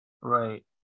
Right